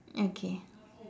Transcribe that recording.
okay